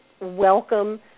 welcome